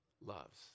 loves